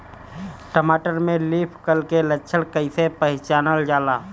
टमाटर में leaf curl के लक्षण कइसे पहचानल जाला?